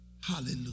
Hallelujah